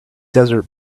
desert